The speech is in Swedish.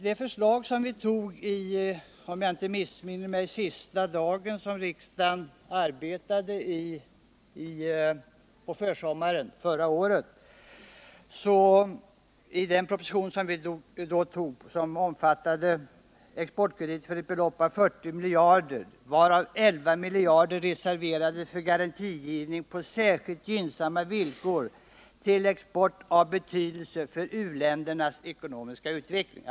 Den proposition som vi, om jag inte missminner mig, biföll den sista dagen riksdagen arbetade på försommaren förra året omfattade exportkrediter för ett belopp av 40 miljarder, varav 11 miljarder var reserverade för garantigivning på särskilt gynnsamma villkor till export av betydelse för u-ländernas ekonomiska utveckling.